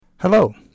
Hello